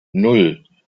nan